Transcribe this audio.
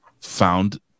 found